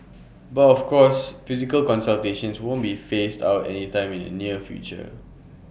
but of course physical consultations won't be phased out anytime in the near future